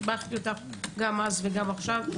שיבחתי אותך גם אז וגם עכשיו.